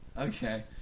Okay